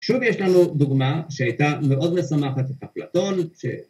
‫שוב, יש לנו דוגמה שהייתה ‫מאוד מסמכת את הפלטון.